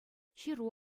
ҫыру